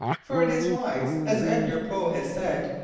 for it is wise, as edgar poe has said,